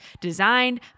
designed